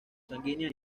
sanguínea